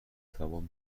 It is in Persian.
توان